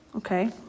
Okay